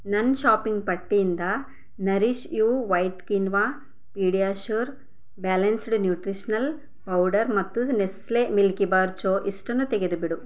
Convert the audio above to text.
ನನ್ನ ಶಾಪಿಂಗ್ ಪಟ್ಟಿಯಿಂದ Nourish You White Quinoa PediaSure balanced nutritional powder ಮತ್ತು ನೆಸ್ಲೆ ಮಿಲ್ಕಿಬಾರ್ ಚೊ ಇಷ್ಟನ್ನು ತೆಗೆದುಬಿಡು